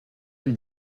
lui